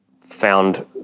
found